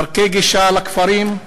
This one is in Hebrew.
דרכי גישה לכפרים,